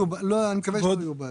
אני מקווה שלא יהיו בעיות.